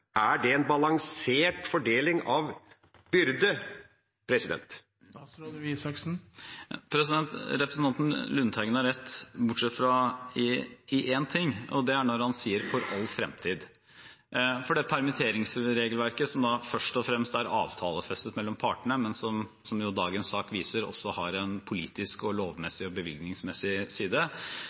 Er det en balansert fordeling av byrde? Representanten Lundteigen har rett, bortsett fra i én ting, og det er når han sier «for all framtid». For det permitteringsregelverket som først og fremst er avtalefestet mellom partene, men som dagens sak viser også har en politisk, lovmessig og bevilgningsmessig side,